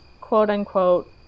quote-unquote